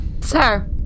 Sir